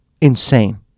Insane